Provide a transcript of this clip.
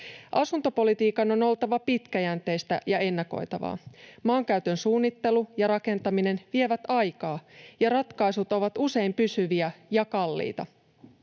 Asuntopolitiikan on oltava pitkäjänteistä ja ennakoitavaa. Maankäytön suunnittelu ja rakentaminen vievät aikaa, ja ratkaisut ovat usein pysyviä ja kalliita.